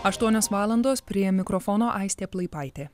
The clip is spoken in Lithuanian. aštuonios valandos prie mikrofono aistė plaipaitė